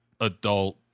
adult